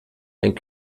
ein